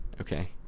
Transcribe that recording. Okay